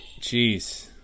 Jeez